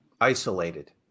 isolated